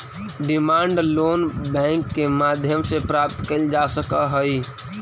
demand loan bank के माध्यम से प्राप्त कैल जा सकऽ हइ